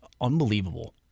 Unbelievable